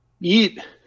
Eat